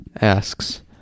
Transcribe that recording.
asks